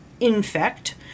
infect